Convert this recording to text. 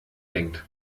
denkt